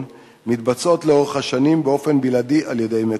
מתבצעות לאורך השנים באופן בלעדי על-ידי "מקורות"